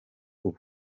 ubu